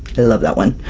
i love that one!